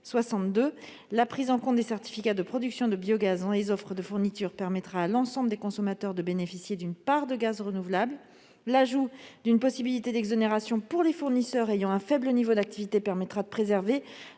La prise en compte des certificats de production de biogaz dans les offres de fourniture permettra à l'ensemble des consommateurs de bénéficier d'une part de gaz renouvelable, et l'ajout d'une possibilité d'exonération pour les fournisseurs ayant un faible niveau d'activité permettra de préserver